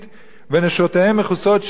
ונשותיהם מכוסות שביס,